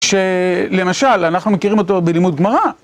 שלמשל, אנחנו מכירים אותו בלימוד גמרא.